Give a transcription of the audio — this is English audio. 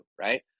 right